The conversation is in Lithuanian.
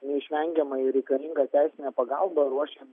neišvengiamai reikalinga teisinė pagalba ruošiant